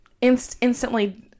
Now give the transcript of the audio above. instantly